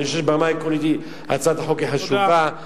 אני חושב שברמה העקרונית הצעת החוק היא חשובה.